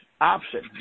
option